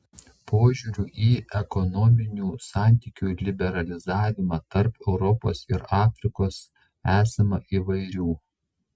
požiūrių į ekonominių santykių liberalizavimą tarp europos ir afrikos esama įvairių